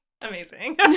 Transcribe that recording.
Amazing